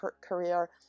career